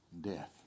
death